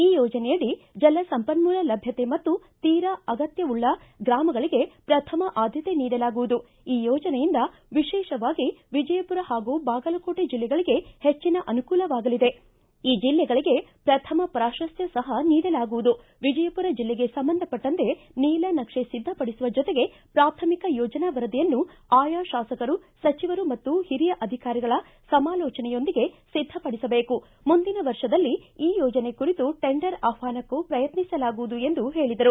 ಈ ಯೋಜನೆಯಡಿ ಜಲಸಂಪನ್ನೂಲ ಲಭ್ದತೆ ಮತ್ತು ತೀರ ಅವಶ್ಚಕತೆಯುಳ್ಳ ಗ್ರಾಮಗಳಿಗೆ ಪ್ರಥಮ ಆದ್ದತೆ ನೀಡಲಾಗುವುದು ಈ ಯೋಜನೆಯಿಂದ ವಿಶೇಷವಾಗಿ ವಿಜಯಪುರ ಹಾಗೂ ಬಾಗಲಕೋಟೆ ಜಿಲ್ಲೆಗಳಗೆ ಹೆಚ್ಚನ ಅನುಕೂಲವಾಗಲಿದೆ ಈ ಜಿಲ್ಲೆಗಳಗೆ ಪ್ರಥಮ ಪ್ರಾಶಸ್ತ್ಯ ಸಹ ನೀಡಲಾಗುವುದು ವಿಜಯಪುರ ಜಿಲ್ಲೆಗೆ ಸಂಬಂಧಪಟ್ಟಂತೆ ನೀಲನಕ್ಷೆ ಸಿದ್ದಪಡಿಸುವ ಜೊತೆಗೆ ಪ್ರಾಥಮಿಕ ಯೋಜನಾ ವರದಿಯನ್ನು ಆಯಾ ಶಾಸಕರು ಸಚಿವರು ಮತ್ತು ಹಿರಿಯ ಅಧಿಕಾರಿಗಳ ಸಮಾಲೋಚನೆಯೊಂದಿಗೆ ಸಿದ್ದಪಡಿಸಬೇಕು ಮುಂದಿನ ವರ್ಷದಲ್ಲಿ ಯೋಜನೆ ಕುರಿತು ಟೆಂಡರ್ ಆಹ್ವಾನಕ್ಕೂ ಪ್ರಯತ್ನಿಸಲಾಗುವುದು ಎಂದು ಹೇಳಿದರು